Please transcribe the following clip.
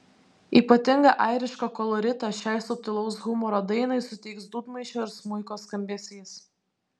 ypatingą airišką koloritą šiai subtilaus humoro dainai suteiks dūdmaišio ir smuiko skambesys